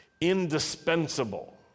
indispensable